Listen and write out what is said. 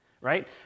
right